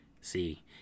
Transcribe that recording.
see